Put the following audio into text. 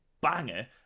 banger